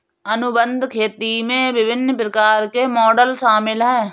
अनुबंध खेती में विभिन्न प्रकार के मॉडल शामिल हैं